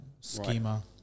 schema